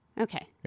Okay